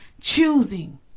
choosing